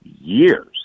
Years